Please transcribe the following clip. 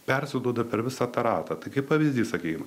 persiduoda per visą tą ratą tai kaip pavyzdys sakykim